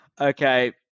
okay